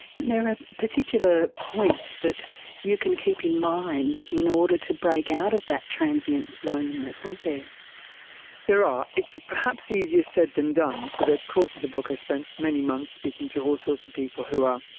and there are particular points that you can keep in mind in order to break out of that transient loneliness, aren't there. there are. it's perhaps easier said than done. for the course of the book i spent many months speaking to all sorts of people who are